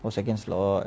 oh second slot